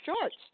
shorts